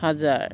হাজাৰ